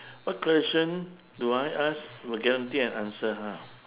what question will I ask to will guarantee an answer ha